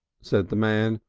said the man,